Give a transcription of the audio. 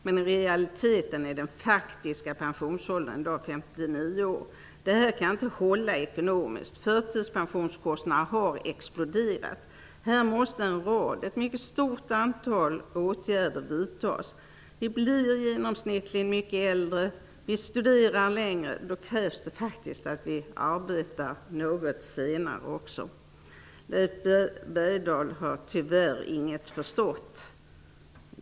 Men i realiteten är den faktiska pensionsåldern i dag 59 år. Det håller inte ekonomiskt. Förtidspensionskostnaderna har exploderat. Här måste ett mycket stort antal åtgärder vidtas. Vi blir i genomsnitt mycket äldre och vi studerar längre. Då krävs det också att vi arbetar något längre upp i åldrarna. Leif Bergdahl har tyvärr inget förstått.